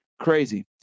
Crazy